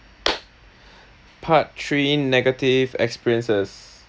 part three negative experiences